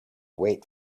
wait